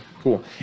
Cool